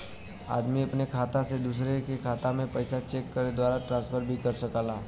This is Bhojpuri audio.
आदमी अपने खाता से दूसरे के खाता में पइसा चेक के द्वारा ट्रांसफर कर सकला